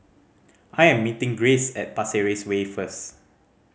I am meeting Grayce at Pasir Ris Way first